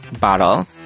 bottle